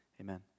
amen